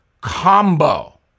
Combo